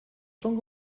schon